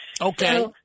Okay